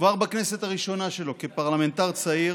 כבר בכנסת הראשונה שלו כפרלמנטר צעיר